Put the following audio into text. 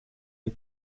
die